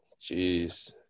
Jeez